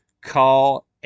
Call